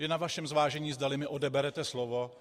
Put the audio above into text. Je na vašem zvážení, zdali mi odeberete slovo.